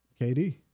KD